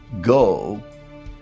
go